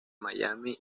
miami